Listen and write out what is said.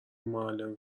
معلم